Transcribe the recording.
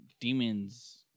demons